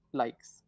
likes